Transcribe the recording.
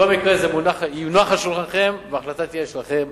בכל מקרה, זה יונח על שולחנכם וההחלטה תהיה שלכם.